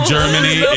Germany